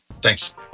Thanks